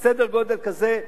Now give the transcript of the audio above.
סדר-גודל כזה,